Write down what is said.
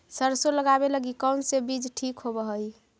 सरसों लगावे लगी कौन से बीज ठीक होव हई?